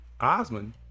osmond